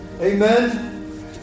Amen